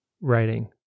writing